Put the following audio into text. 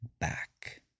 back